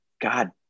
God